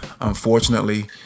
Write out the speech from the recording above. Unfortunately